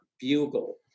bugle